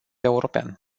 european